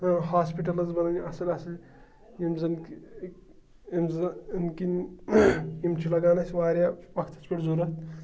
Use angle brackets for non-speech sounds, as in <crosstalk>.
ہاسپِٹَلَس منٛز <unintelligible> اَصٕل اَصٕل یِم زَن یِم زَن اَمہِ کِنۍ یِم چھِ لَگان اَسہِ واریاہ وقتَس پٮ۪تھ ضوٚرَتھ